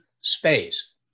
space